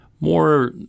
More